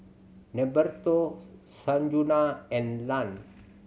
Norberto Sanjuana and Ian